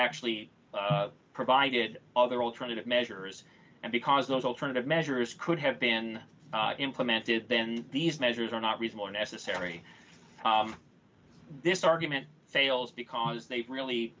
actually provided other alternative measures and because those alternative measures could have been implemented then these measures are not reasonable necessary this argument fails because they've really